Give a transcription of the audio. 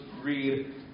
read